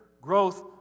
growth